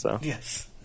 Yes